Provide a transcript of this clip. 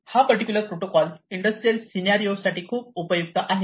होय particular protocol industrial scenario साठी खूप उपयुक्त आहे